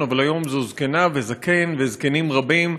אבל היום אלה זקנה וזקן וזקנים רבים,